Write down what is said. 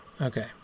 Okay